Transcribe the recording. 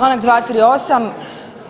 Članak 238.